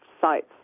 sites